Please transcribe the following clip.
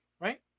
right